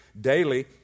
daily